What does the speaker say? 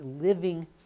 living